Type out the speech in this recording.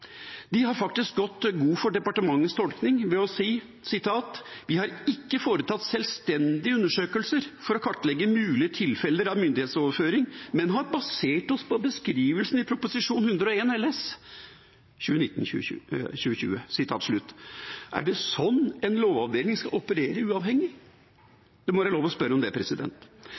De har faktisk gått god for departementets tolkning, ved å si: «Vi har ikke foretatt selvstendige undersøkelser for å kartlegge mulige tilfeller av myndighetsoverføring, men har basert oss på beskrivelsene i Prop. 101 LS .» Er det sånn en lovavdeling skal operere uavhengig? Det må være lov å spørre om det.